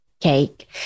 cake